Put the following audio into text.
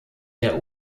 der